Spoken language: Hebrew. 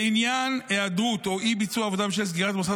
1. לעניין היעדרות או אי-ביצוע עבודה בשל סגירת מוסד